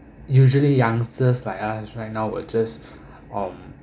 usually youngsters like us right now will just um